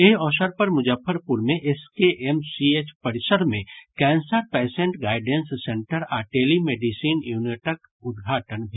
एहि अवसर पर मुजफ्फरपुर मे एसकेएमसीएच परिसर मे कैंसर पैसेंट गाईडेंस सेंटर आ टेलीमेडिसिन यूनिटक उद्घाटन भेल